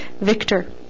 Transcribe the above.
victor